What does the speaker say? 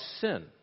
sin